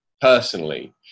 personally